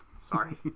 Sorry